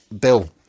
bill